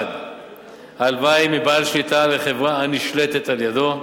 1. ההלוואה היא מבעל שליטה לחברה הנשלטת על-ידיו,